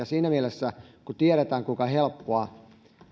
siinä mielessä kun tiedetään kuinka helppoa